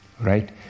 right